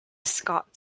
scott